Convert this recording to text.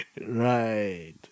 Right